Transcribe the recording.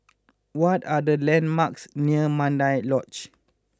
what are the landmarks near Mandai Lodge